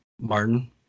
Martin